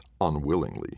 unwillingly